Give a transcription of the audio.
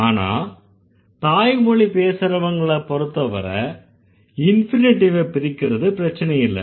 ஆனா தாய்மொழி பேசறவங்கள பொருத்தவரை இன்ஃபினிட்டிவ பிரிக்கிறது பிரச்சனை இல்லை